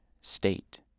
state